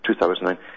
2009